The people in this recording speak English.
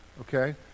okay